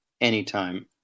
anytime